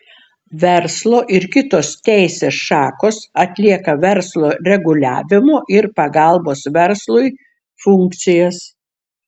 verslo ir kitos teisės šakos atlieka verslo reguliavimo ir pagalbos verslui funkcijas